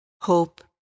hope